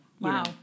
Wow